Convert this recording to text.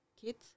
kids